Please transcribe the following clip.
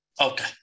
Okay